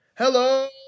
Hello